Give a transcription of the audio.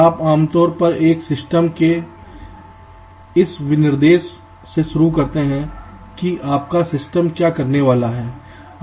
आप आमतौर पर एक सिस्टम के इस विनिर्देश से शुरू करते हैं कि आपका सिस्टम क्या करने वाला है